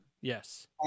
Yes